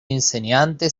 inseniante